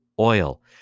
oil